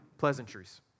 pleasantries